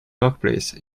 workplace